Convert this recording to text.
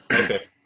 Okay